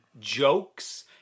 jokes